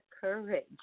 courage